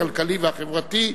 הכלכלי והחברתי.